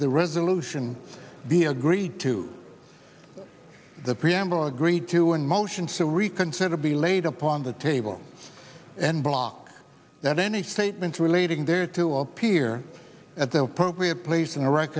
the resolution be agreed to the preamble agreed to and motion so reconsider be laid upon the table and block that any statement relating there to appear at the appropriate place in